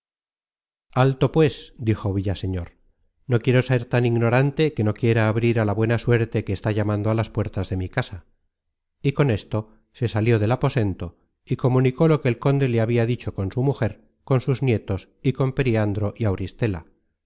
alto pues dijo villaseñor no quiero ser tan ignorante que no quiera abrir á la buena suerte que está llamando á las puertas de mi casa y con esto se salió del aposento y comunicó lo que el conde le habia dicho con su mujer con sus nietos y con periandro y auristela